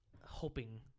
Hoping